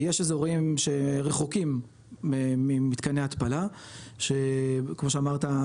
יש אזורים שרחוקים ממתקני ההתפלה שכמו שאמרת,